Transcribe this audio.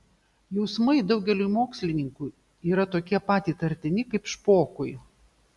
jausmai daugeliui mokslininkų yra tokie pat įtartini kaip špokui